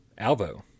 Alvo